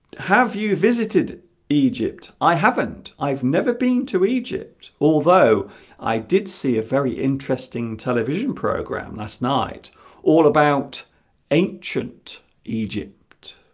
have you visited egypt i haven't i've never been to egypt although i did see a very interesting television program last night all about ancient egypt